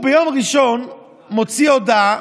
ביום ראשון הוא מוציא הודעה